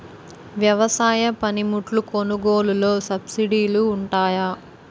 వ్యవసాయ పనిముట్లు కొనుగోలు లొ సబ్సిడీ లు వుంటాయా?